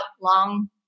long